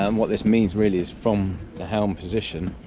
um what this means really is from the helm position